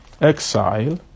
exile